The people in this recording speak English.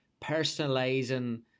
personalizing